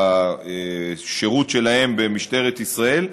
בשירות שלהם במשטרת ישראל.